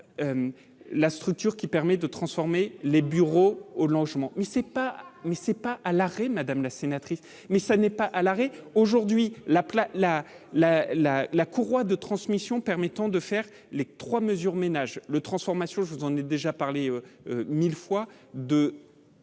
la structure qui permet de transformer les bureaux au logement mais ce n'est pas, mais ce n'est pas à l'arrêt, madame la sénatrice, mais ça n'est pas à l'arrêt, aujourd'hui la la la la la la courroie de transmission permettant de faire les 3 mesures ménage le transformation je vous en ai déjà parlé 1000 fois